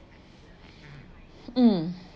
um